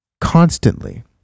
constantly